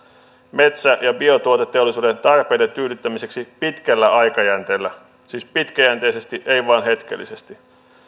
metsä ja biotuoteteollisuuden tarpeiden tyydyttämiseksi pitkällä aikajänteellä siis pitkäjänteisesti ei vain hetkellisesti